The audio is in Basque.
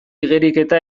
igeriketa